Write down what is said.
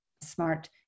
smart